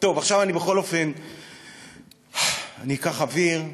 עכשיו אני בכל אופן אקח אוויר,